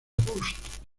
agosto